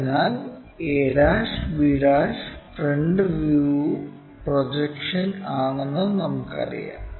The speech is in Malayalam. അതിനാൽ a b front view projection ആണെന്ന് നമുക്കറിയാം